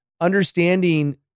understanding